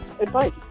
advice